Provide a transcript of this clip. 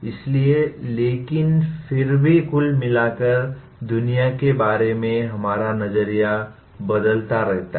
इसलिए लेकिन फिर भी कुल मिलाकर दुनिया के बारे में हमारा नजरिया बदलता रहता है